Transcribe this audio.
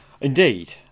Indeed